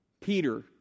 Peter